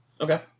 Okay